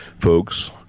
folks